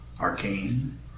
arcane